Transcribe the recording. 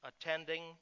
attending